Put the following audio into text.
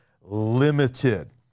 limited